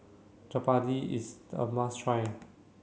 Jalebi is the must try